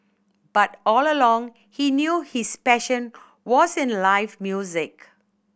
but all along he knew his passion was in live music